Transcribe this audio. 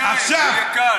בקריאת ביניים, זה יהיה קל.